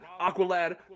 aqualad